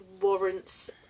warrants